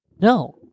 No